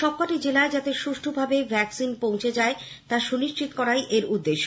সবকটি জেলায় যাতে সুষ্ঠুভাবে ভ্যাকসিন পৌঁছে যায় তা সুনিশ্চিত করাই এর উদ্দেশে